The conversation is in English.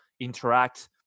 interact